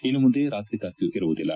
ಇನ್ನು ಮುಂದೆ ರಾತ್ರಿ ಕರ್ಫ್ಯೂ ಇರುವುದಿಲ್ಲ